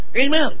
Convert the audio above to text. Amen